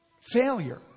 failure